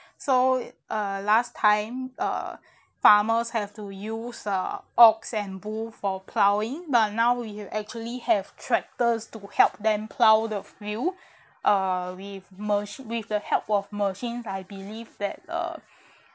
so uh last time uh farmers have to use uh ox and bull for ploughing but now we have actually have tractors to help them plough the field uh with machi~ with the help of machines I believe that uh